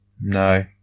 No